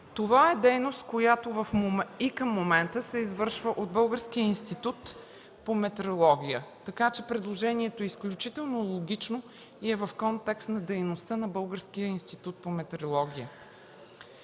Това е дейност, която и към момента се извършва от Националния институт по метеорология и хидрология, така че предложението е изключително логично и е в контекста на дейността на Националния институт по метеорология